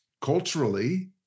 culturally